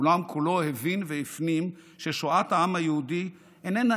העולם כולו הבין והפנים ששואת העם היהודי איננה